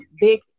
big